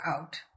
out